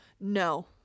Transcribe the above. No